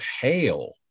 hail